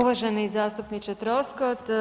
Uvaženi zastupniče Troskot.